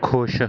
ਖੁਸ਼